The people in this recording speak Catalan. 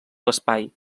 l’espai